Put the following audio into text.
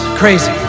crazy